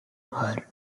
her